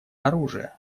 оружия